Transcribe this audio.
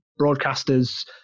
broadcasters